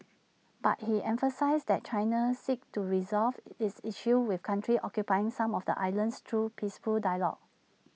but he emphasised that China seeks to resolve its issues with countries occupying some of the islands through peaceful dialogue